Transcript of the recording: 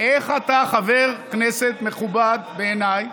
חבר כנסת מכובד בעיניי,